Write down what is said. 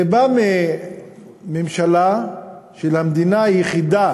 זה בא מהממשלה של המדינה היחידה